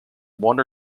one